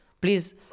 Please